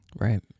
Right